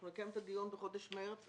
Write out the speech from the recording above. אנחנו נקיים את הדיון בחודש מרס,